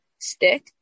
stick